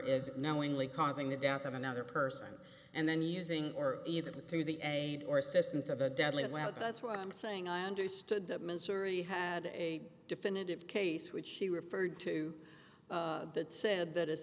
is knowingly causing the death of another person and then using or either through the aid or assistance of a deadly as well that's what i'm saying i understood that missouri had a definitive case which he referred to that said that